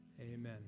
amen